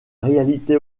réalité